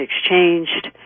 exchanged